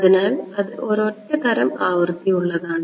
അതിനാൽ അത് ഒരൊറ്റ തരം ആവൃത്തി ഉള്ളതാണ്